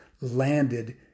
landed